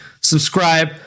subscribe